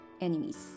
enemies